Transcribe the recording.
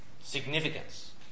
significance